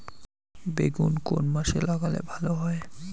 বেগুন কোন মাসে লাগালে ভালো হয়?